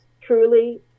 truly